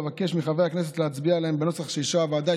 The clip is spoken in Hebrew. ואבקש מחברי הכנסת להצביע עליהן בנוסח שאישרה הוועדה.